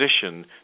position